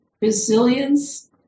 resilience